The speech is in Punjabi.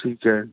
ਠੀਕ ਐ